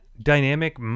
dynamic